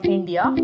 India